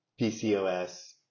PCOS